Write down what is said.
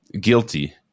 guilty